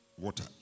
water